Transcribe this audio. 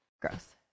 gross